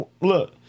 look